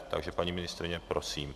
Takže paní ministryně, prosím.